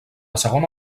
segona